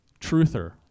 Truther